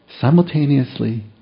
simultaneously